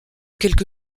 quelque